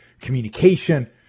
communication